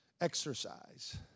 exercise